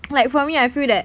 like for me I feel that